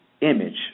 image